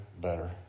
better